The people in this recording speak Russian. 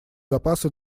запасы